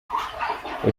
uti